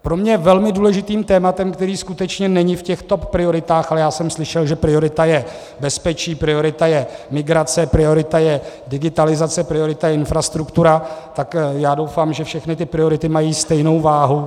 Pro mě je velmi důležitým tématem které skutečně není v těchto prioritách, ale já jsem slyšel, že priorita je bezpečí, priorita je migrace, priorita je digitalizace, priorita je infrastruktura, tak já doufám, že všechny ty priority mají stejnou váhu.